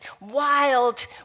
wild